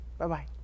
Bye-bye